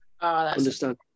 understand